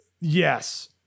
yes